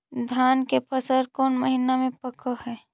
धान के फसल कौन महिना मे पक हैं?